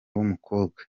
w’umukobwa